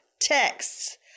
texts